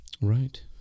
right